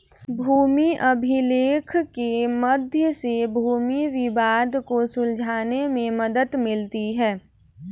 भूमि अभिलेख के मध्य से भूमि विवाद को सुलझाने में मदद मिलती है